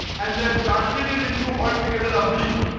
and that's translated into altogether lovely,